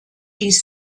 dies